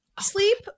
sleep